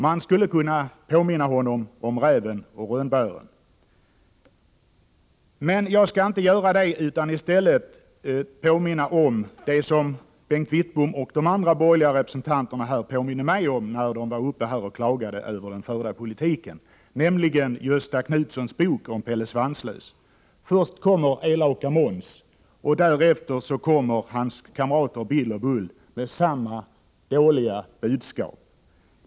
Man kan påminna Bengt Wittbom om räven och rönnbären — men det skall jag inte göra. Med anledning av vad Bengt Wittbom och de andra borgerliga representanterna har sagt när de har varit uppe i talarstolen och klagat över den förda politiken, vill jag i stället påminna om Gösta Knutssons bok om Pelle Svanslös. Först kommer elaka Måns, och därefter kommer hans kamrater Bill och Bull med samma dåliga budskap.